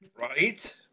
Right